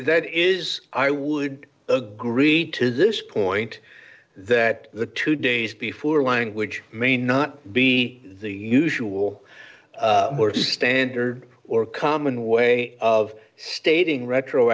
that is i would agree to this point that the two days before language may not be the usual standard or common way of stating retro